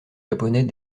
japonais